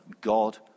God